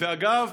ואגב,